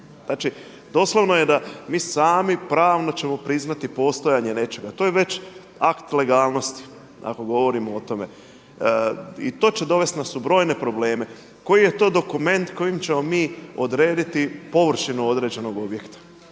Znači, doslovno je da mi sami pravno ćemo priznati postojanje nečega, to je već akt legalnosti ako govorimo o tome. I to će dovesti nas u brojne probleme. Koji je to dokument kojim ćemo mi odrediti površinu određenog objekta